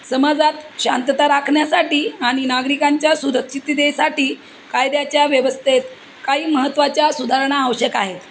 समाजात शांतता राखण्यासठी आणि नागरिकांच्या सुरक्षिततेसाठी कायद्याच्या व्यवस्थेत काही महत्त्वाच्या सुधारणा आवश्यक आहेत